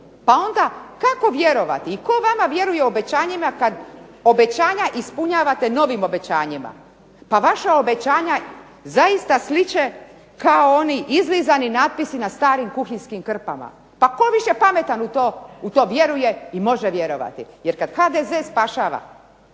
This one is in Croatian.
pa onda kako vjerovati i tko vama vjeruje u obećanjima kada obećanja ispunjavate novim obećanjima. Pa vaša obećanja zaista sliče kao oni izlizani natpisi na starim kuhinjskim krpama. Pa tko više pametan u to vjeruje i može vjerovati. Jer kada HDZ spašava,